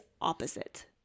opposite